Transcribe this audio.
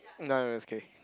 no no no is okay